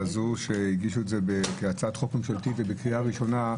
שהגישו את זה כהצעת חוק ממשלתית ובקריאה ראשונה,